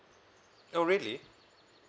oh really